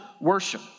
worship